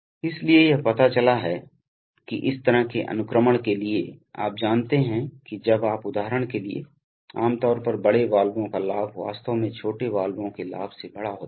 इसलिए यह पता चला है कि इस तरह के अनुक्रमण के लिए आप जानते हैं कि जब आप उदाहरण के लिए आम तौर पर बड़े वाल्वों का लाभ वास्तव में छोटे वाल्वों के लाभ से बड़ा होता है